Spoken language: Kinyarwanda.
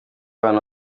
bantu